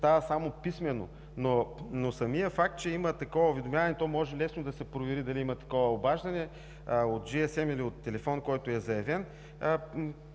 става само писмено. Но самият факт, че има такова уведомяване, лесно може да се провери дали има такова обаждане – от джиесем или от телефон, който е заявен,